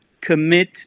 commit